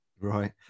Right